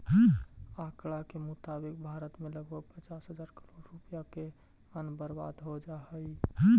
आँकड़ा के मुताबिक भारत में लगभग पचास हजार करोड़ रुपया के अन्न बर्बाद हो जा हइ